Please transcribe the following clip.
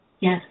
Yes